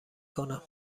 کنم